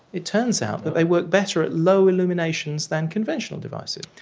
it turns out that they work better at low illuminations than conventional devices,